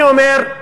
אני אומר: